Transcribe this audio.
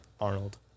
Arnold